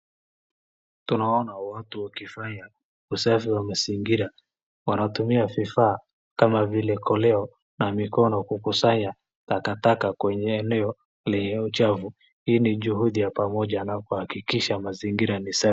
Tunaona watu wakifanya usafi wa mazingira . Wanatumia vifaa kama vile koleo na mikono kukusanya takataka kwenye eneo lenye uchafu. Hii ni juhudi ya pamoja anapohakikisha mazingira ni safi.